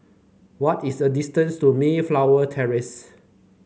what is the distance to Mayflower Terrace